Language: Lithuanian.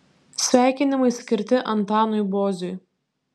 sveikinimai skirti antanui boziui